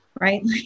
right